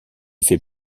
fait